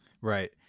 Right